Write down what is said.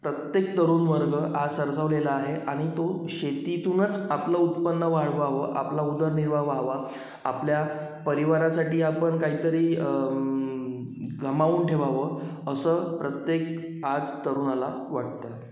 प्रत्येक तरूण वर्ग आज सरसावलेला आहे आणि तो शेतीतूनच आपलं उत्पन्न वाढवावं आपला उदरनिर्वाह व्हावा आपल्या परिवारासाठी आपण काहीतरी कमावून ठेवावं असं प्रत्येक आज तरुणाला वाटतं